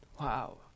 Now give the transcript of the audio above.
Wow